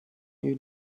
you